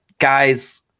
Guys